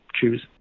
choose